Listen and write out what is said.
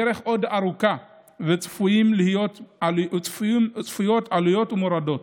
הדרך עוד ארוכה וצפויות עליות ומורדות.